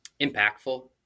Impactful